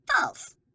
False